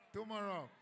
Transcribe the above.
Tomorrow